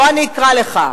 בוא ואקרא לך,